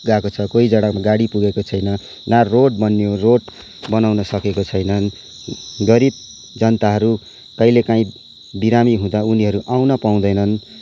गएको छ कोही जग्गामा गाडी पुगेको छैन न रोड बनियो रोड बनाउँन सकेको छैनन् गरीब जनताहरू कहिले कहीँ बिरामी हुँदा उनीहरू आउन पाउँदैनन्